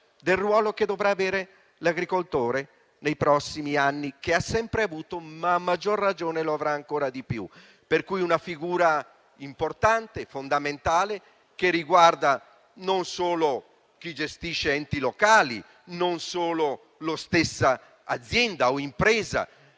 del ruolo che dovrà avere l'agricoltore nei prossimi anni; un ruolo che ha sempre avuto, ma che a maggior ragione avrà ancora di più: una figura importante e fondamentale che riguarda non solo chi gestisce gli enti locali, non solo la stessa azienda o impresa,